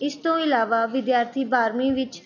ਇਸ ਤੋਂ ਇਲਾਵਾ ਵਿਦਿਆਰਥੀ ਬਾਰ੍ਹਵੀਂ ਵਿੱਚ